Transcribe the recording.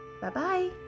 bye-bye